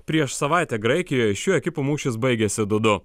prieš savaitę graikijoje šių ekipų mūšis baigėsi du du